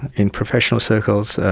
in professional circles,